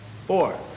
Four